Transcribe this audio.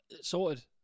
Sorted